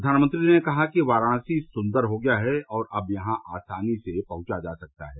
प्रधानमंत्री ने कहा कि वाराणसी सुंदर हो गया है और अब आसानी से वहां पहुंचा जा सकता है